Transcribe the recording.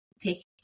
take